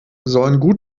sollten